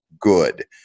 good